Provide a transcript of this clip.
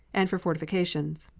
and for fortifications.